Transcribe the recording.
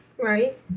Right